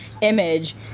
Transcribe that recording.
image